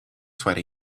sweaty